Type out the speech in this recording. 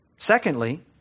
Secondly